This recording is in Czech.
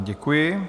Děkuji.